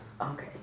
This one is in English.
Okay